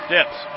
Dips